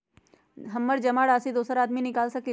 हमरा जमा राशि दोसर आदमी निकाल सकील?